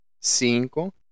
cinco